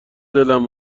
دلم